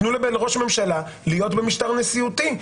תנו לראש הממשלה להיות במשטר נשיאותי,